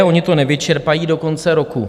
Oni to nevyčerpají do konce roku.